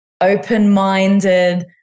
open-minded